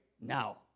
now